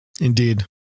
indeed